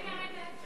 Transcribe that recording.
רגע, רגע.